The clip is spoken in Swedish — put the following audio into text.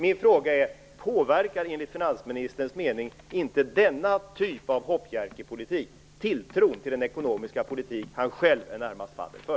Min fråga är: Påverkar enligt finansministerns mening inte denna typ av hoppjerkepolitik tilltron till den ekonomiska politik han själv närmast är ansvarig för?